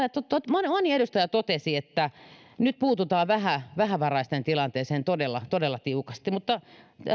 moni moni edustaja totesi että nyt puututaan vähävaraisten tilanteeseen todella todella tiukasti mutta